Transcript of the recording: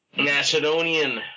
Macedonian